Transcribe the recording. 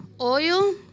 oil